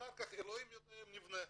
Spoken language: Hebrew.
ואחר כך אלוהים יודע אם נבנה.